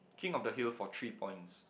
king of the hill for three points